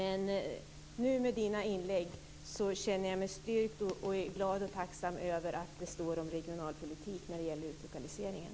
Efter dina inlägg känner jag mig styrkt och är glad och tacksam över att det står om regionalpolitik när det gäller lokaliseringen.